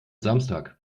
samstag